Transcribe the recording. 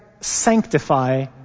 sanctify